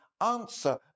answer